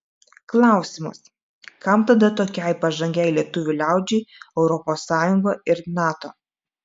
klausimas kam tada tokiai pažangiai lietuvių liaudžiai europos sąjunga ir nato